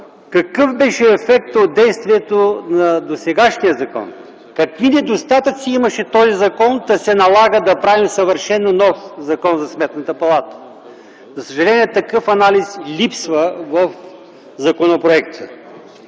какъв беше ефектът от действието на досегашния закон, какви недостатъци имаше този закон, та се налага да правим съвършено нов Закон за Сметната палата. За съжаление, такъв анализ липсва в законопроекта.